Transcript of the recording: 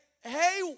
hey